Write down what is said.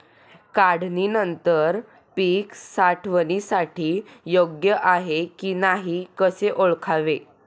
काढणी नंतर पीक साठवणीसाठी योग्य आहे की नाही कसे ओळखावे?